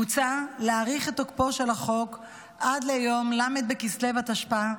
מוצע להאריך את תוקפו של החוק עד ליום ל' בכסלו התשפ"א,